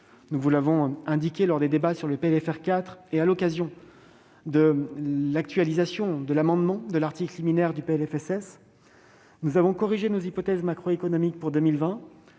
nous vous l'avons indiqué lors des débats sur le PLFR 4 et à l'occasion de l'actualisation des sous-jacents du PLFSS, nous avons corrigé nos hypothèses macroéconomiques pour 2020.